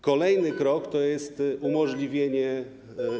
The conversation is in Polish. Kolejny krok to jest umożliwienie.